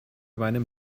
meinem